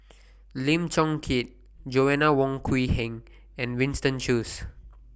Lim Chong Keat Joanna Wong Quee Heng and Winston Choos